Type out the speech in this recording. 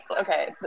Okay